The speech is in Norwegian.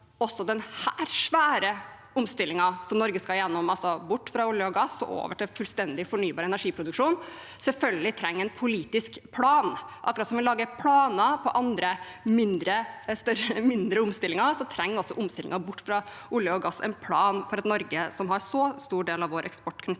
denne svære omstillingen Norge skal gjennom – altså bort fra olje og gass og over til fullstendig fornybar energiproduksjon – selvfølgelig trenger en politisk plan. Akkurat som vi lager planer på andre mindre omstillinger, trenger også omstillingen bort fra olje og gass en plan for et Norge som har så stor del av vår eksport knyttet